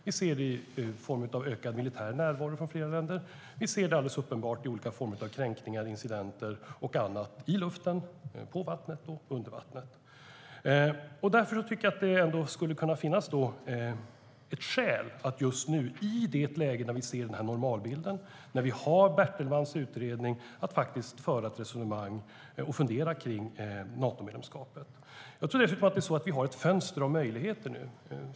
Vi ser det i form av ökad militär närvaro från flera länder. Vi ser det alldeles uppenbart i olika former av kränkningar, incidenter och annat i luften, på vattnet och under vattnet. Jag tror dessutom att vi har ett fönster av möjligheter nu.